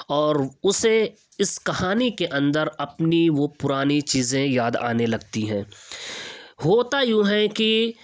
اور اسے اس کہانی کے اندر اپنی وہ پرانی چیزیں یاد آنے لگتی ہیں ہوتا یوں ہے کہ